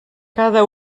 cada